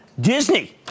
Disney